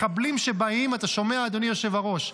מחבלים שבאים, אתה שומע, אדוני היושב-ראש?